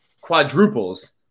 quadruples